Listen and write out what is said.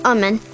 Amen